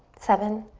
seven,